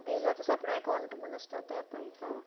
बिलाचे separate account म्हण आसता तें पळयता